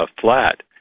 flat